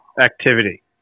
activity